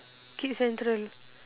kids central